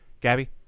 Gabby